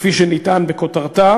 כפי שנטען בכותרת.